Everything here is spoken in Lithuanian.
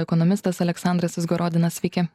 ekonomistas aleksandras izgorodinas sveiki